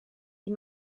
die